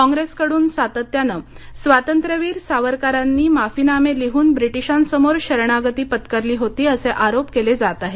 कॉंग्रेसकडून सातत्यानं स्वातंत्र्यवीर सावरकरांनी माफीनामे लिहून ब्रिटिशांसमोर शरणागती पत्करली होती असे आरोप केले जात आहेत